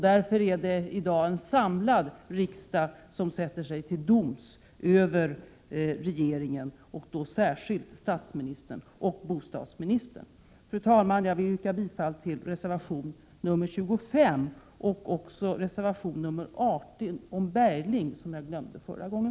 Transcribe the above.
Därför är det i dag en samlad riksdag som sätter sig till doms över regeringen, särskilt över statsministern och bostadsministern. Fru talman! Jag yrkar bifall till reservation 25 och också till reservation 18 om Bergling, vilket jag glömde förra gången.